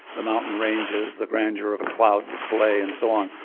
the mountain ranges, the grandeur of a cloud display, and so on.